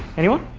anyone?